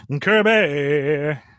Kirby